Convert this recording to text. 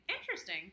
interesting